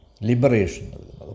Liberation